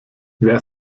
wer